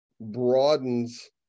broadens